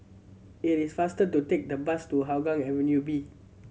it is faster to take the bus to Hougang Avenue B